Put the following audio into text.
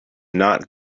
not